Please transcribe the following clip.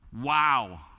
wow